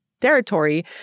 territory